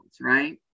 right